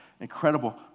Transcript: incredible